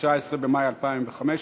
19 במאי 2015,